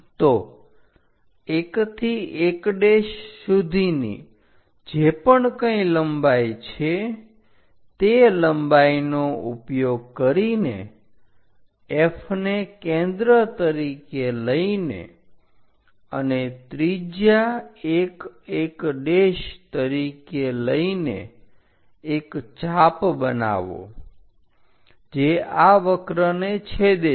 તો 1 થી 1 સુધીની જે પણ કંઈ લંબાઈ છે તે લંબાઈનો ઉપયોગ કરીને F ને કેન્દ્ર તરીકે લઈને અને ત્રિજ્યા 1 1 તરીકે લઈને એક ચાપ બનાવો જે આ વક્રને છેદે છે